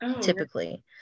typically